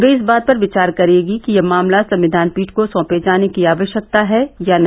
वह इस बात पर विचार करेगी कि यह मामला संविधान पीठ को सौंपे जाने की आवश्यकता है या नहीं